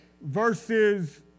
versus